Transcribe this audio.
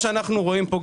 והיו גם